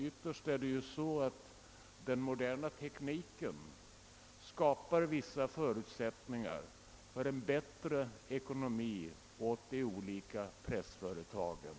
Ytterst är det nämligen så att den moderna tekniken skapar vissa förutsättningar för en bättre ekonomi åt de olika pressföretagen.